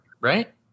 Right